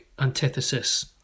antithesis